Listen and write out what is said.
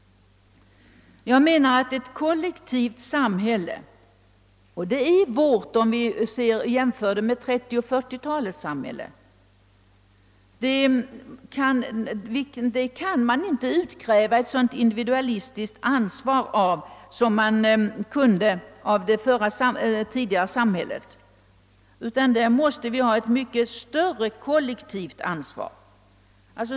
Jag anser inte, att man i ett kollektivt samhälle — och det är vårt jämfört med 1930 och 1940-talets samhälle — kan utkräva ett sådant individuellt ansvar som man kunde av det tidigare samhället, utan det måste finnas ett mycket större kollektivt ansvar.